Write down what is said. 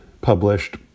published